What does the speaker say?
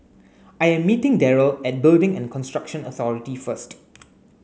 I am meeting Darryle at Building and Construction Authority first